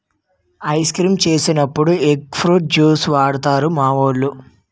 ice creams చేసినప్పుడు egg fruit juice వాడుతారు మావోలు